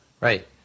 Right